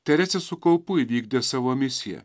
teresė su kaupu įvykdė savo misiją